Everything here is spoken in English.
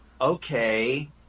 okay